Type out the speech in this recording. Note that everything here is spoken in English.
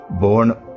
born